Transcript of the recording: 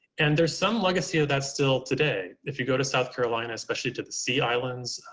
and there's some legacy of that still today. if you go to south carolina, especially to the sea islands,